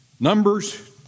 Numbers